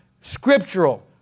scriptural